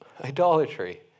idolatry